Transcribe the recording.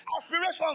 aspirations